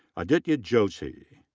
aditya joshi.